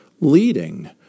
leading